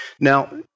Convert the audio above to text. Now